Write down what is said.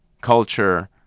culture